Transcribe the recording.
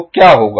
तो क्या होगा